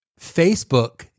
Facebook